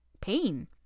pain